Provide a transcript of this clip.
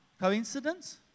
coincidence